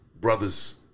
brothers